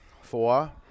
Four